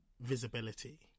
visibility